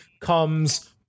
comes